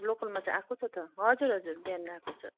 local माछा आएको छ त हजुर हजुर बिहान आएको छ